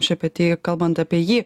šepety kalbant apie jį